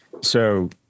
So-